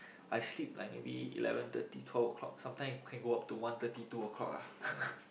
I sleep like maybe eleven thirty twelve o-clock sometime can go up to one thirty two o-clock ah